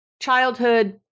childhood